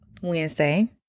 Wednesday